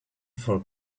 for